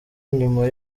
nyuma